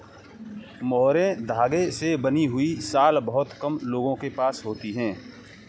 mohair धागे से बनी हुई शॉल बहुत कम लोगों के पास होती है